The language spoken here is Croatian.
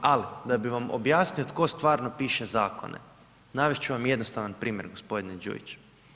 Ali da bih vam objasnio tko stvarno piše zakone, navesti ću vam jednostavan primjer gospodine Đujić.